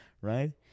right